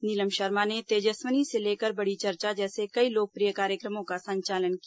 नीलम शर्मा ने तेजस्विनी से लेकर बड़ी चर्चा जैसे कई लोकप्रिय कार्यक्रमों का संचालन किया